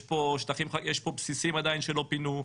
יש בסיסים שעדיין לא פינו,